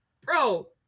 bro